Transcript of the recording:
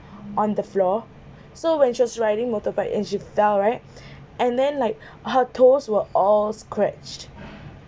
on the floor so when she was riding motorbike and she felled right and then like her toes were all scratched